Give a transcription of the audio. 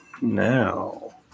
now